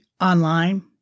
online